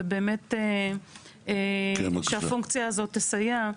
ושבאמת הפונקציה הזאת תסייע.